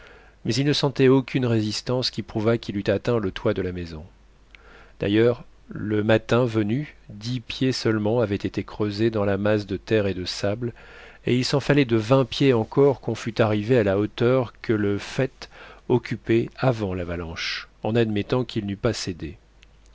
mais il ne sentait aucune résistance qui prouvât qu'il eût atteint le toit de la maison d'ailleurs le matin venu dix pieds seulement avaient été creusés dans la masse de terre et de sable et il s'en fallait de vingt pieds encore qu'on fût arrivé à la hauteur que le faîte occupait avant l'avalanche en admettant qu'il n'eût pas cédé